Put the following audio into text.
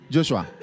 Joshua